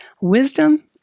wisdom